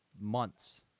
months